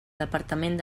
departament